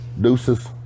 deuces